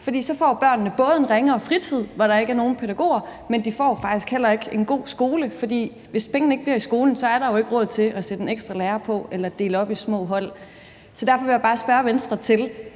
For så får børnene både en ringere fritid, hvor der ikke er nogen pædagoger, men de får faktisk heller ikke en god skole, for hvis pengene ikke bliver i skolen, er der jo ikke råd til at sætte en ekstra lærer på eller dele op i små hold. Derfor vil jeg bare spørge Venstre: